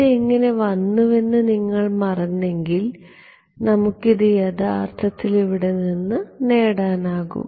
ഇത് എങ്ങനെ വന്നുവെന്ന് നിങ്ങൾ മറന്നെങ്കിൽ നമുക്ക് ഇത് യഥാർത്ഥത്തിൽ ഇവിടെ നിന്ന് നേടാനാകും